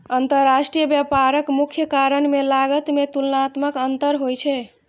अंतरराष्ट्रीय व्यापारक मुख्य कारण मे लागत मे तुलनात्मक अंतर होइ छै